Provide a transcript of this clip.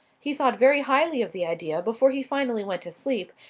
he thought very highly of the idea before he finally went to sleep,